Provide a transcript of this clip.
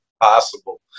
possible